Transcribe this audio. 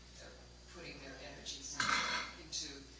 putting their energy into